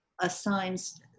assigns